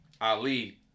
Ali